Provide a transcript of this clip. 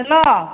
hello